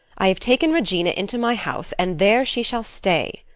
i have taken regina into my house, and there she shall stay.